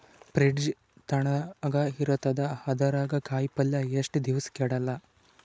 Fridge ತಣಗ ಇರತದ, ಅದರಾಗ ಕಾಯಿಪಲ್ಯ ಎಷ್ಟ ದಿವ್ಸ ಕೆಡಲ್ಲ?